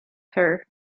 her